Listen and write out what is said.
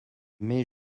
mais